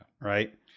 Right